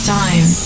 time